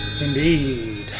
Indeed